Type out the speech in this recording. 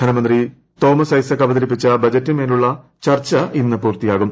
ധനമന്ത്രി തോമസ് ഐസക് അവതരിപ്പിച്ച ബജറ്റിന്മേലുള്ള ചർച്ച ഇന്ന് പൂർത്തിയാകും